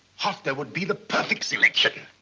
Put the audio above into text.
hoffner would be the perfect selection.